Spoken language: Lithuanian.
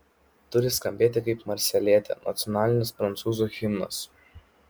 turi skambėti kaip marselietė nacionalinis prancūzų himnas